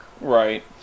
Right